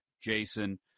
Jason